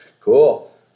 cool